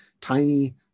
tiny